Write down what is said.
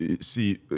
See